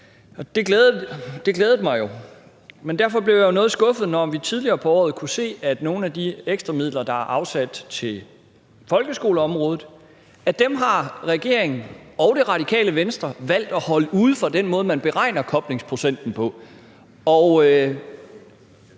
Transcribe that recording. Det glædede mig jo. Derfor blev jeg noget skuffet, da vi tidligere på året kunne se, at nogle af de ekstra midler, der er afsat på folkeskoleområdet, har regeringen og Det Radikale Venstre valgt at holde ude fra den måde, som man beregner koblingsprocenten på.